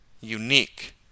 unique